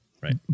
right